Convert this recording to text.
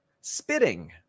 spitting